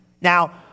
Now